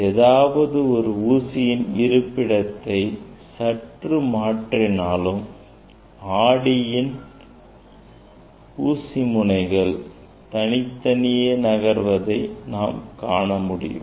ஏதாவது ஒரு ஊசியின் இருப்பிடத்தை சற்று மாற்றினாலும் ஆடியில் ஊசி முனைகள் தனித்தனியாக நகர்வதை நாம் காணமுடியும்